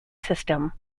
system